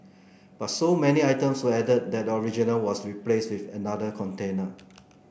but so many items were added that the original was replaced with another container